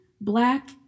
Black